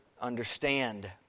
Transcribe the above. understand